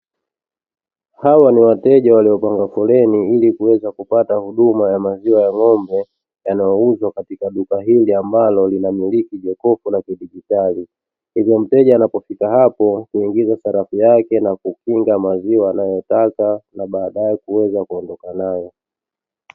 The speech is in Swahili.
Hawa niwateja waliopanga foleni ili kuweza kupata huduma ya maziwa ya ng'ombe, yanayouzwa kwenye duka hili ambalo liko jofu la kidijitali, hivyo mteja akifika hapo huweka sarafu yake na kukinga maziwa anayotaka na baadae kuweza kuondoka nayo.